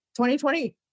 2020